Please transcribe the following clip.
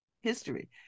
history